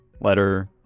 letter